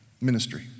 ministry